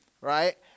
right